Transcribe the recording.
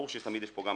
ברור שתמיד יש פה גם